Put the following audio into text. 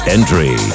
Entry